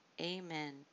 Amen